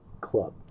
club